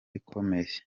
ikomeye